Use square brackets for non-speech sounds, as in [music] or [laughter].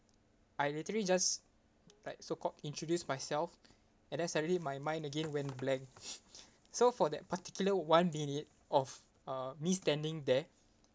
I literally just like so called introduced myself and then suddenly my mind again went blank [breath] so for that particular one minute of uh me standing there